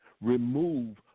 remove